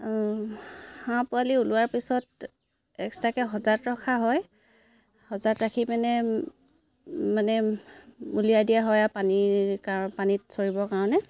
হাঁহ পোৱালি ওলোৱাৰ পিছত এক্সট্ৰাকৈ সজাত ৰখা হয় সজাত ৰাখি পিনে মানে উলিয়াই দিয়া হয় আৰু পানীৰ কাৰণ পানীত চৰিবৰ কাৰণে